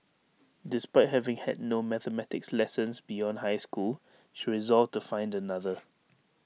despite having had no mathematics lessons beyond high school she resolved to find another